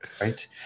right